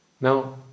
Now